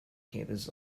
campus